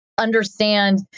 Understand